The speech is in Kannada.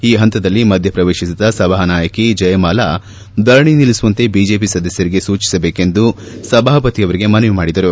ಈ ಹಂತದಲ್ಲಿ ಮಧ್ಯ ಪ್ರವೇಶಿಸಿದ ಸಭಾನಾಯಕಿ ಜಯಮಾಲ ಧರಣಿ ನಿಲ್ಲಿಸುವಂತೆ ಬಿಜೆಪಿ ಸದಸ್ಯರಿಗೆ ಸೂಚಿಸಬೇಕೆಂದು ಸಭಾಪತಿಯವರಿಗೆ ಮನವಿ ಮಾಡಿದರು